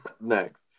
next